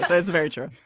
that's very true.